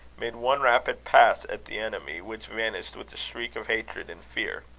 made one rapid pass at the enemy, which vanished with a shriek of hatred and fear.